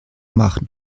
machen